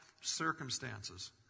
circumstances